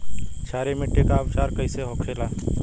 क्षारीय मिट्टी का उपचार कैसे होखे ला?